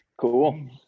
Cool